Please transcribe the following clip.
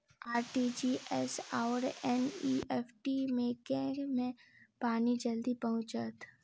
RTGS आओर NEFT मे केँ मे पानि जल्दी पहुँचत